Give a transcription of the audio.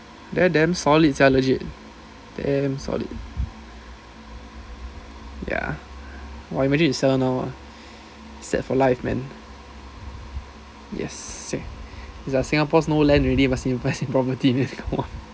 there damn solid sia legit damn solid ya!wah! imagine you sell now ah set for life man yes it's like singapore no land already you must invest in property you know